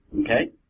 Okay